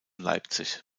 leipzig